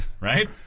Right